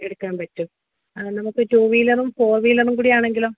എടുക്കാൻ പറ്റും ആ നമുക്ക് ടൂ വീലറും ഫോർ വീലറും കൂടിയാണെങ്കിലോ